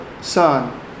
Son